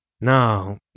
Now